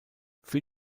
für